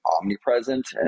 omnipresent